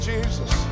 Jesus